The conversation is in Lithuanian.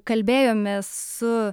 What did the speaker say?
kalbėjomės su